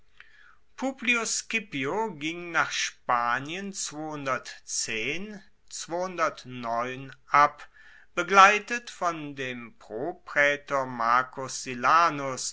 publius scipio ging nach spanien ab begleitet von dem propraetor marcus silanus